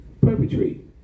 Perpetrate